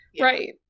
right